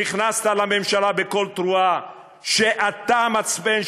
נכנסת לממשלה בקול תרועה שאתה המצפן,